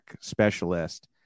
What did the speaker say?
specialist